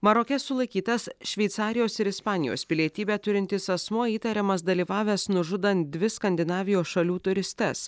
maroke sulaikytas šveicarijos ir ispanijos pilietybę turintis asmuo įtariamas dalyvavęs nužudant dvi skandinavijos šalių turistes